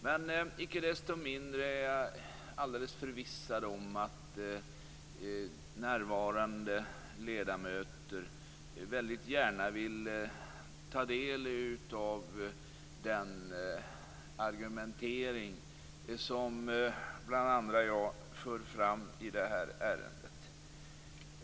Men icke desto mindre är jag alldeles förvissad om att närvarande ledamöter väldigt gärna vill ta del av den argumentering som bl.a. jag för fram i detta ärende.